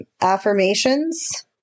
affirmations